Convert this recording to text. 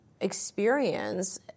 experience